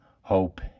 hope